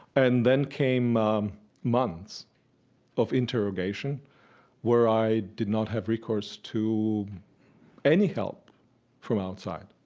and then came um months of interrogation where i did not have recourse to any help from outside.